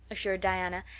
assured diana,